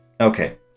Okay